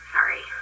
Sorry